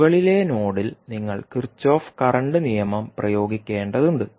മുകളിലെ നോഡിൽ നിങ്ങൾ കിർചോഫ് കറന്റ് നിയമം പ്രയോഗിക്കേണ്ടതുണ്ട്